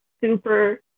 super